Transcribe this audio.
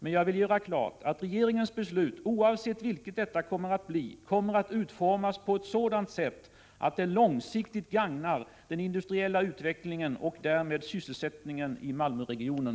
Men jag vill göra klart att regeringens beslut, oavsett vilket detta kommer att bli, kommer att utformas på sådant sätt att det långsiktigt gagnar den industriella utvecklingen och därmed sysselsättningen i Malmöregionen.